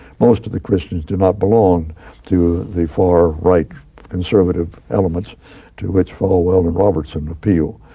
most of the christians do not belong to the far right conservative elements to which falwell and robertson appeal.